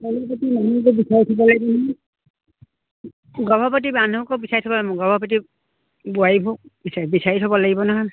তাকে এতিয়া গৰ্ভৱতী মহিলাখিনি বিচাৰি থ'ব লাগিব নহয় গৰ্ভৱতী মানুহো আকৌ বিচাৰি থ'ব লাগিব গৰ্ভৱতী বোৱাৰীবো বিচাৰি বিচাৰি থ'ব লাগিব নহয়